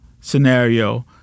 scenario